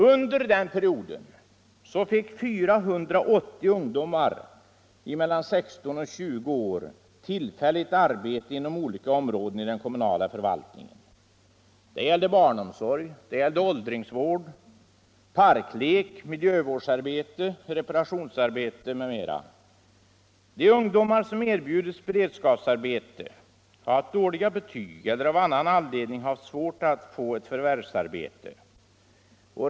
Under den perioden fick 480 ungdomar mellan 16 och 20 år tillfälligt arbete inom olika områden i den kommunala förvaltningen. Det gällde barnomsorg, åldringsvård, parklek, miljövårdsarbete, reparationsarbeten osv. De ungdomar som erbjudits beredskapsarbete har haft dåliga betyg eller har av annan anledning haft svårt att få ett förvärvsarbete.